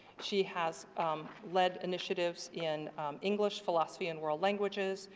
she has um led initiatives in english, philosophy and world languages.